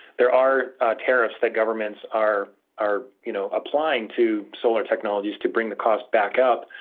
there are tariffs that governments are are you know applying to solar technologies to bring the cost back up.